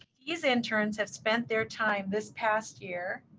these interns have spent their time this past year